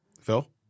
Phil